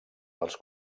dels